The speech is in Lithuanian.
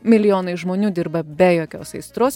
milijonai žmonių dirba be jokios aistros